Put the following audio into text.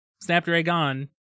Snapdragon